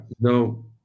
no